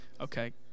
Okay